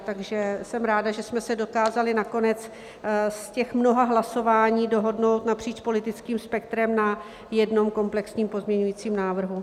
Takže jsem ráda, že jsme se dokázali nakonec z těch mnoha hlasování dohodnout napříč politickým spektrem na jednom komplexním pozměňovacím návrhu.